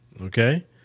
Okay